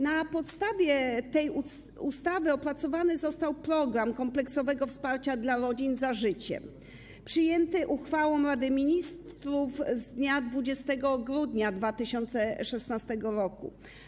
Na podstawie tej ustawy opracowany został program kompleksowego wsparcia dla rodzin „Za życiem” przyjęty uchwałą Rady Ministrów z dnia 20 grudnia 2016 r.